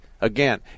again